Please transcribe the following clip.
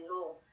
law